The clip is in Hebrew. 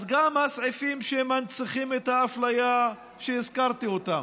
אז גם הסעיפים שמנציחים את האפליה, שהזכרתי אותם,